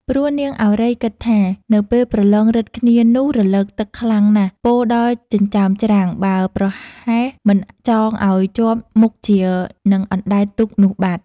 ព្រោះ នាងឱរ៉ៃ គិតថា " នៅពេលប្រឡងឫទ្ធិគ្នានោះរលកទឹកខ្លាំងណាស់ ពោរដល់ចិញ្ចើមច្រាំង បើប្រហែលមិនចងឲ្យ ជាប់មុខជានឹងអណ្តែតទូកនោះបាត់។